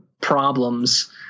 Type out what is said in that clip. problems